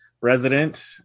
resident